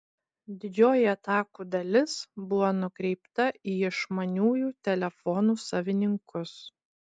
didžioji atakų dalis buvo nukreipta į išmaniųjų telefonų savininkus